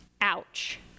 Ouch